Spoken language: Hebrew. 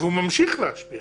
והוא ממשיך להשפיע